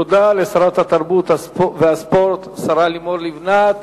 תודה לשרת התרבות והספורט, השרה לימור לבנת.